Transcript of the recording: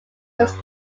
his